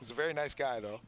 it was a very nice guy though